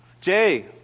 Jay